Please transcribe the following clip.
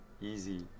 easy